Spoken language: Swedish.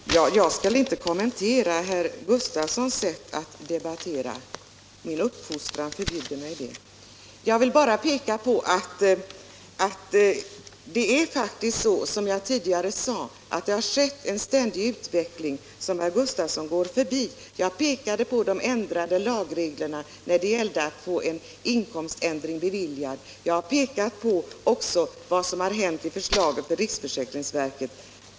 Herr talman! Jag skall inte kommentera herr Gustavssons sätt att debattera. Min uppfostran förbjuder mig det. Men som jag sade tidigare går herr Gustavsson här förbi den utveckling som har skett. Jag pekade också på de lagregler som tillkommit när det gäller anmälan om inkomständring. Vidare har jag pekat på vad som hänt med förslaget i riksförsäkringsverket.